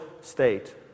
state